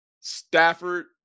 Stafford